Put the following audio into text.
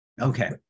Okay